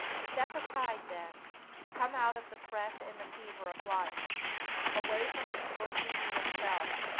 step aside, then come out of the fret and the fever of life away from the scorching heat of self,